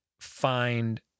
find